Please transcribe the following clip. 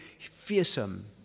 fearsome